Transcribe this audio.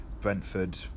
Brentford